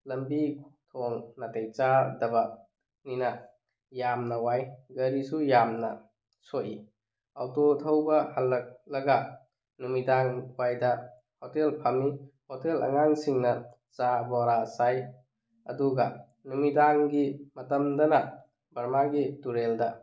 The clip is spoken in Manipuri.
ꯂꯝꯕꯤ ꯊꯣꯡ ꯅꯥꯇꯩ ꯆꯥꯗꯕ ꯅꯤꯅ ꯌꯥꯝꯅ ꯋꯥꯏ ꯒꯥꯔꯤꯁꯨ ꯌꯥꯝꯅ ꯁꯣꯛꯏ ꯑꯣꯇꯣ ꯊꯧꯕ ꯍꯜꯂꯛꯂꯒ ꯅꯨꯃꯤꯗꯥꯡ ꯋꯥꯏꯗ ꯍꯣꯇꯦꯜ ꯐꯝꯃꯤ ꯍꯣꯇꯦꯜ ꯑꯉꯥꯡꯁꯤꯡꯅ ꯆꯥ ꯕꯣꯔꯥ ꯆꯥꯏ ꯑꯗꯨꯒ ꯅꯨꯃꯤꯗꯥꯡꯒꯤ ꯃꯇꯝꯗꯅ ꯕꯔꯃꯥꯒꯤ ꯇꯨꯔꯦꯜꯗ